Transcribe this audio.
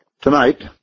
Tonight